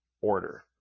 order